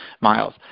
Miles